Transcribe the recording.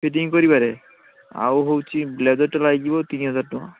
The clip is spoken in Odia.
ଫିଟିଂ କରିବାରେ ଆଉ ହେଉଛି ବ୍ଲେଜର୍ଟା ଲାଗିଯିବ ତିନି ହଜାର ଟଙ୍କା